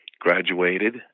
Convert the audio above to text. Graduated